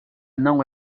não